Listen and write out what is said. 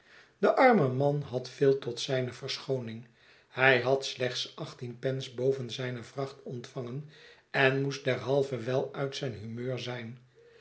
de arme man had veel tot zijne verschooning hij had slechts achttien pence boven zijne vracht ontvangen en moest derhalve wel uit zijn humeur zijn